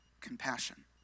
compassion